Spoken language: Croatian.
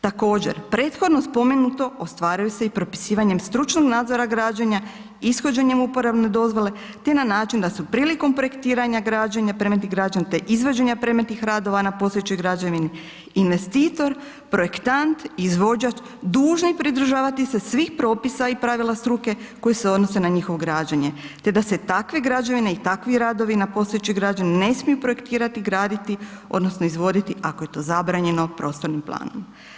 Također, prethodno spomenuto ostvaruju se i propisivanjem stručnog nadzora građenja, ishođenjem uporabne dozvole te na način da se prilikom projektiranja građenja, predmeti građenja te izvođenje predmetnih radova na postojećoj građevini, investitor, projektant, izvođač, dužni pridržavati se svih propisa i pravila struke koji se odnose na njihovo građenje te da se takve građevine i takvi radovi na postojećoj građevini ne smiju projektirati i graditi odnosno izvoditi ako je to zabranjeno prostornim planom.